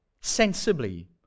Sensibly